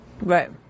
Right